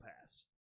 pass